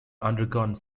undergone